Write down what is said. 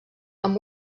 amb